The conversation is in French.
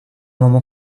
moment